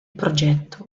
progetto